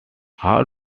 how